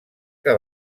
que